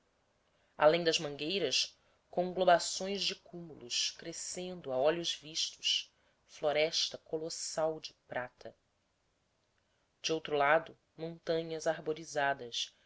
além das mangueiras conglobações de cúmulos crescendo a olhos vistos floresta colossal de prata de outro lado montanhas arborizadas